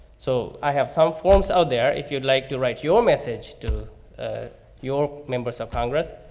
so i have south forms out there. if you'd like to write your message to ah your members of congress,